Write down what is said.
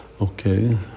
Okay